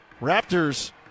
Raptors